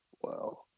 Wow